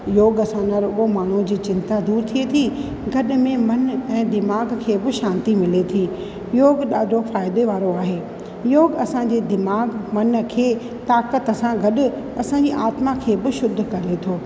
योग सां न रुॻो माण्हूअ जी चिंता दूरु थिए थी गॾु में मनु ऐं दिमाग़ खे बि शांती मिले थी योगु ॾाढो फ़ाइदे वारो आहे योगु असां जे दिमाग़ु मन खे ताक़त सां गॾु असांजी आत्मा खे बि शुध्द करे थो